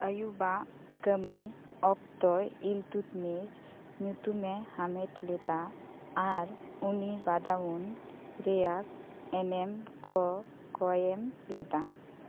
ᱟᱭᱩᱵᱟᱜ ᱠᱟᱹᱢᱤ ᱚᱠᱛᱚ ᱤᱞᱛᱩᱛᱢᱤᱥ ᱧᱩᱛᱩᱢᱮ ᱦᱟᱢᱮᱴ ᱞᱮᱫᱟ ᱟᱨ ᱩᱱᱤ ᱵᱟᱫᱟᱣᱩᱱ ᱨᱮᱭᱟᱜ ᱮᱱᱮᱢ ᱠᱚ ᱠᱚᱭ ᱮᱢ ᱞᱮᱫᱟ